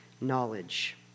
knowledge